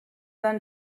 then